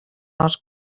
els